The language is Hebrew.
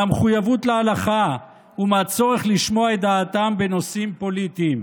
מהמחויבות להלכה ומהצורך לשמוע את דעתם בנושאים פוליטיים,